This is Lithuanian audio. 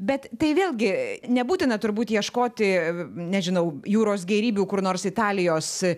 bet tai vėlgi nebūtina turbūt ieškoti nežinau jūros gėrybių kur nors italijos